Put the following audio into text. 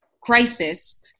crisis